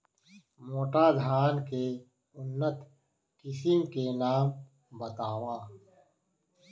मोटा धान के उन्नत किसिम के नाम बतावव?